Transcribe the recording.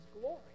glory